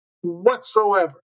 whatsoever